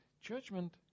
Judgment